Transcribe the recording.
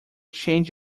change